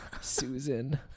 susan